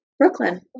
Brooklyn